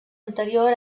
anterior